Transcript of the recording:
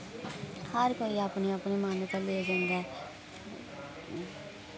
हर कोई अपनी अपनी मान्यता लेइयै जंदा ऐ